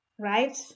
right